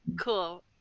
Cool